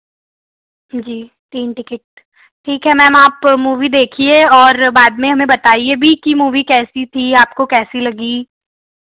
जी तीन टिकेट ठीक ही मैम आप मूवी देखिए और बाद में हमें बताईए भी की मूवी कैसी थी आपको कैसी लगी